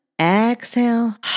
Exhale